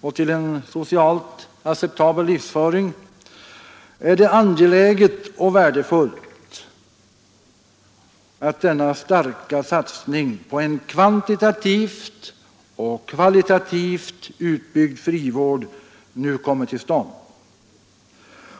och till en socialt acceptabel livsföring, är det angeläget och värdefullt att denna starka satsning på en kvantitativt och kvalitativt utbyggd frivård nu kommer till stånd.